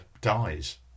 dies